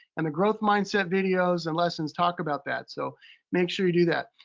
and the growth mindset videos and lessons talk about that. so make sure you do that.